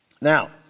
now